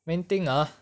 main thing ah